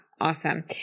Awesome